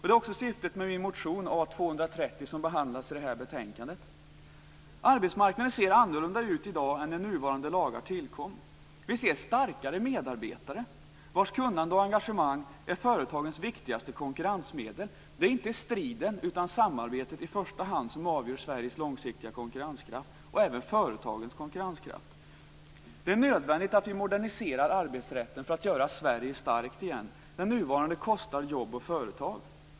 Det är också bakgrunden till min motion, A230, som behandlas i det här betänkandet. Arbetsmarknaden ser annorlunda ut i dag än när nuvarande lagar tillkom. Vi ser starkare medarbetare vilkas kunnande och engagemang är företagens viktigaste konkurrensmedel. Det är inte i första hand striden utan samarbetet som avgör Sveriges långsiktiga konkurrenskraft - och även företagens konkurrenskraft. Det är nödvändigt att vi moderniserar arbetsrätten för att göra Sverige starkt igen. Den nuvarande arbetsrätten kostar jobb och företag.